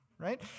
Right